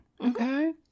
Okay